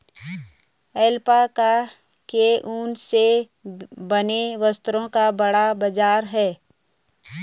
alpaca के ऊन से बने वस्त्रों का बड़ा बाजार है